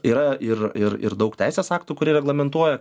yra ir ir ir daug teisės aktų kurie reglamentuoja